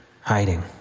hiding